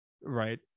right